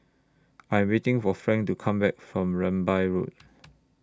I'm waiting For Frank to Come Back from Rambai Road